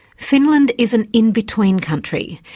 finland is an in-between country,